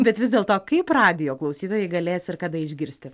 bet vis dėlto kaip radijo klausytojai galės ir kada išgirsti